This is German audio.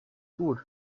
gut